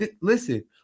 Listen